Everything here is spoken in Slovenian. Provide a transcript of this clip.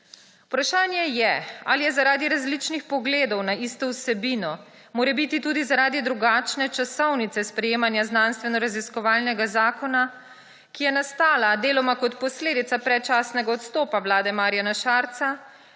Vprašanje je, ali je zaradi različnih pogledov na isto vsebino, morebiti tudi zaradi drugačne časovnice sprejemanja znanstvenoraziskovalnega zakona, ki je nastala deloma kot posledica predčasnega odstopa vlade Marjana Šarca,